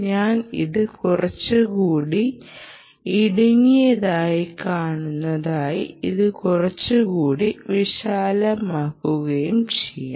ഞാൻ ഇത് കുറച്ചുകൂടി ഇടുങ്ങിയതാക്കുകയും ഇത് കുറച്ചുകൂടി വിശാലമാക്കുകയും ചെയ്യും